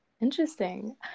Interesting